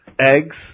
Eggs